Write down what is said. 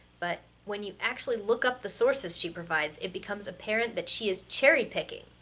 but when you actually look up the sources she provides, it becomes apparent that she is cherry-picking.